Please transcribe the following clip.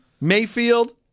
Mayfield